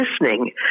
listening